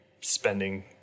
spending